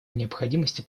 необходимости